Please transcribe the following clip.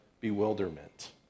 bewilderment